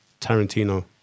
Tarantino